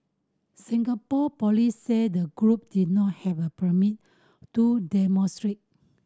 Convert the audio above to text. Singapore police said the group did not have a permit to demonstrate